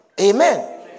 Amen